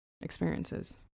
experiences